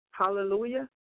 Hallelujah